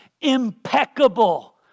impeccable